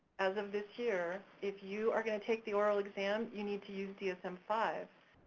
as of this year, if you are gonna take the oral exam, you need to use dsm five.